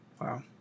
Wow